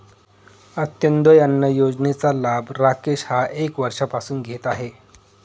अंत्योदय अन्न योजनेचा लाभ राकेश हा एक वर्षापासून घेत आहे